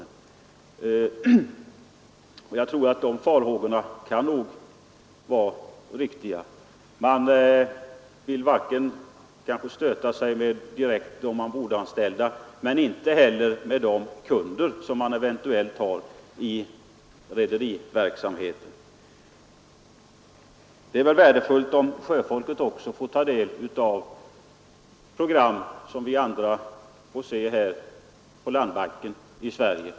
De farhågorna kan nog vara riktiga. Man vill kanske inte stöta sig med de eventuella kunder som man har i rederiverksamheten. Det vore värdefullt om sjöfolket också fick ta del av program som vi andra på landbacken får se här i Sverige.